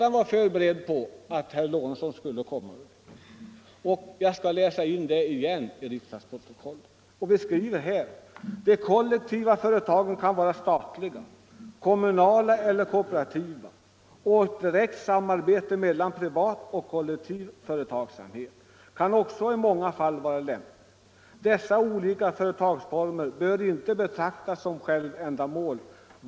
Jag har tidigare läst upp vad där står om den här frågan, men jag skall läsa in det igen till kammarens protokoll: ”De kollektiva företagen kan vara statliga, kommunala eller koope rativa, och ett direkt samarbete mellan privat och kollektiv företagsamhet kan också i många fall vara lämpligt. Dessa olika företagsformer bör inte betraktas som självändamål.